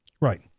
right